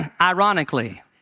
ironically